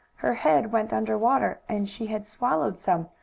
her head went under water, and she had swallowed some,